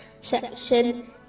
section